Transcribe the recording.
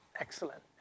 Excellent